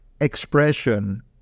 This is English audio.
expression